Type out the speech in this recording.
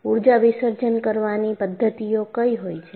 ઊર્જા વિસર્જન કરવાની પદ્ધતિઓ કઈ હોય છે